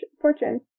fortune